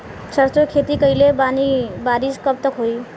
सरसों के खेती कईले बानी बारिश कब तक होई?